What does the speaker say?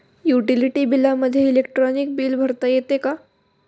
Utility बिलामध्ये electronic bill भरता येते का?